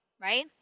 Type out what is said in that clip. right